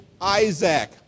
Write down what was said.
Isaac